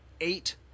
eight